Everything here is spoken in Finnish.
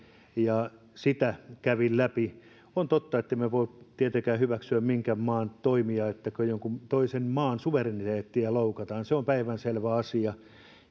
ja sitä kävin läpi on totta ettemme voi tietenkään hyväksyä minkään maan toimia kun jonkun toisen maan suvereniteettia loukataan se on päivänselvä asia